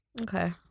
Okay